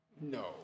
No